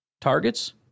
targets